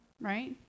right